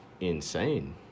insane